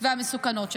והמסוכנות שלו,